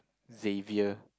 Xavier